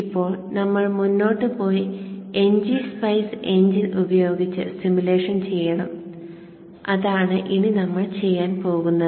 ഇപ്പോൾ നമ്മൾ മുന്നോട്ട് പോയി ngSpice എഞ്ചിൻ ഉപയോഗിച്ച് സിമുലേഷൻ ചെയ്യണം അതാണ് ഇനി നമ്മൾ ചെയ്യാൻ പോകുന്നത്